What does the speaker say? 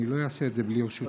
אני לא אעשה את זה בלי רשותך.